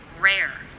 rare